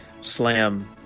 slam